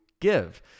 give